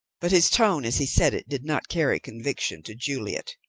but his tone as he said it did not carry conviction to juliet.